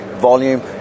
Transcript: volume